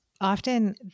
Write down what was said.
often